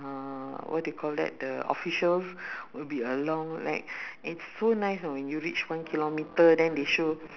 uh what do you called that the officials will be along like it's so nice o~ when you reach one kilometre than they show